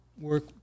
work